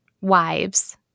wives